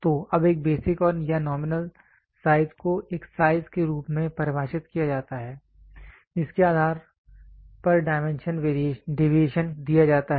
तो अब एक बेसिक या नॉमिनल साइज को एक साइज के रूप में परिभाषित किया जाता है जिसके आधार पर डायमेंशन डेविएशन दिया जाता है